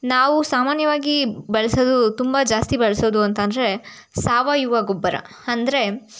ನಾವು ಸಾಮಾನ್ಯವಾಗಿ ಬಳಸೋದು ತುಂಬ ಜಾಸ್ತಿ ಬಳಸೋದು ಅಂತ ಅಂದರೆ ಸಾವಯವ ಗೊಬ್ಬರ ಅಂದರೆ